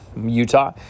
Utah